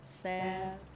sad